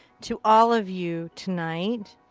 to all of you tonight,